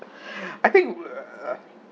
I think